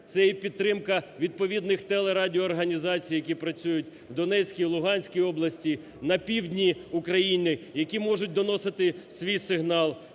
це є підтримка відповідних телерадіоорганізацій, які працюють в Донецькій, Луганській області, на півдні України, які можуть доносити свій сигнал